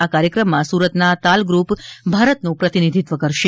આ કાર્યક્રમમાં સુરતના તાલગ્રુપ ભારતનું પ્રતિનિધિત્વ કરશે